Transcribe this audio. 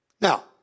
Now